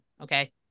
Okay